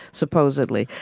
supposedly.